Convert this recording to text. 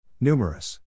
Numerous